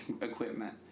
equipment